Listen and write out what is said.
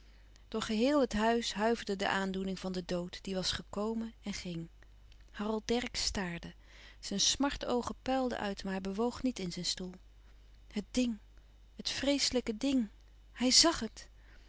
door geheel het huis huiverde de aandoening van den dood die was gekomen en ging harold dercksz staarde zijn smart oogen puilden uit maar hij bewoog niet in zijn stoel het ding het vreeslijke ding hij zàg het